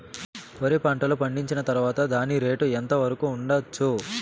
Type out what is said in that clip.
వరి పంటలు పండించిన తర్వాత దాని రేటు ఎంత వరకు ఉండచ్చు